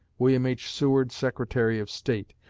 william h. seward, secretary of state.